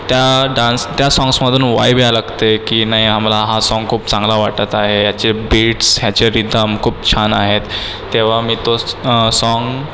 त्या डान्स त्या साँग्समधून वाइव याय लागते की नाय हा मला हा साँग खूप चांगला वाटत आहे याचे बीट्स ह्याचे रिदम खूप छान आहेत तेव्हा मी तोच साँग